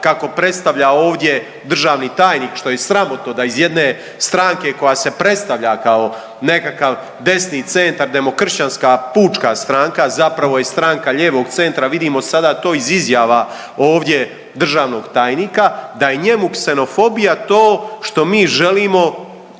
kako predstavlja ovdje državni tajnik, što je sramotno da iz jedne stranke koja se predstavlja kao nekakav desni centar Demokršćanska pučka stranka, a zapravo je stranka lijevog centra, vidimo sada to iz izjava ovdje državnog tajnika da je njemu ksenofobija to što mi želimo